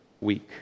week